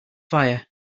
fire